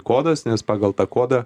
kodas nes pagal tą kodą